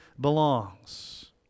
belongs